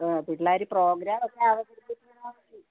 ആ പിള്ളേർ പ്രോഗ്രാമൊക്കെ അവതരിപ്പിക്കണമെങ്കിൽ